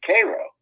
Cairo